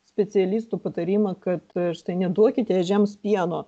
specialistų patarimą kad štai neduokite ežiams pieno